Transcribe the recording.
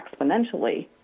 exponentially